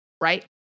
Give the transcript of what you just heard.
right